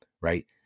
right